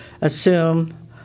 assume